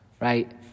right